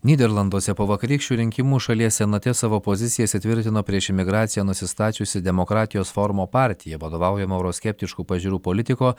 nyderlanduose po vakarykščių rinkimų šalies senate savo pozicijas įtvirtino prieš imigraciją nusistačiusi demokratijos forumo partija vadovaujama euroskeptiškų pažiūrų politiko